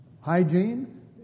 hygiene